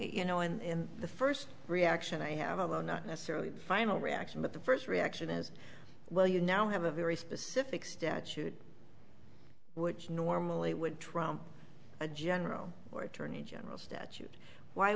you know in the first reaction i have about not necessarily final reaction but the first reaction is well you now have a very specific statute which normally would trump a general or attorney general statute why